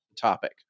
topic